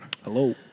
Hello